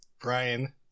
Brian